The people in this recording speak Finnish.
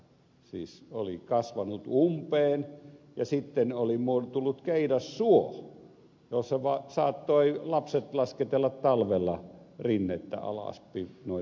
siis järvi oli kasvanut umpeen ja sitten oli tullut keidassuo jossa saattoivat lapset lasketella talvella rinnettä alas noin leikillisesti ilmaistuna